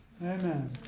Amen